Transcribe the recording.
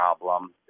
problem